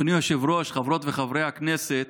אדוני היושב-ראש, חברות וחברי הכנסת,